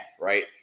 Right